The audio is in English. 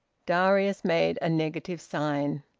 darius made a negative sign.